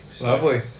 lovely